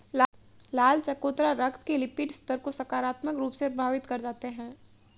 लाल चकोतरा रक्त के लिपिड स्तर को सकारात्मक रूप से प्रभावित कर जाते हैं